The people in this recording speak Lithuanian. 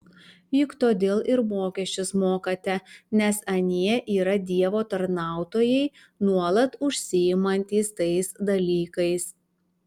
juk todėl ir mokesčius mokate nes anie yra dievo tarnautojai nuolat užsiimantys tais dalykais